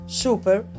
super